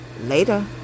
Later